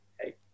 Hey